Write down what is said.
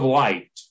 light